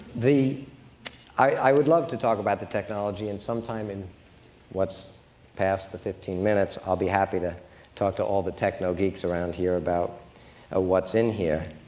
i would love to talk about the technology, and sometime, in what's past the fifteen minutes, i'll be happy to talk to all the techno-geeks around here about ah what's in here.